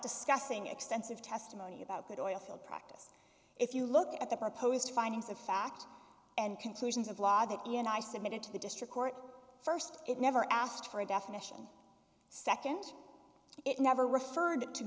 discussing extensive testimony about that oil field practice if you look at the proposed findings of fact and conclusions of law that you and i submitted to the district court first it never asked for a definition second it never referred to